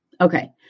Okay